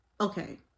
okay